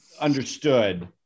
understood